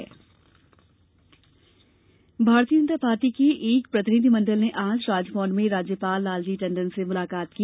भाजपा राज्यपाल भारतीय जनता पार्टी के एक प्रतिनिधिमंडल ने आज राजभवन में राज्यपाल लालजी टंडन से मुलाकात की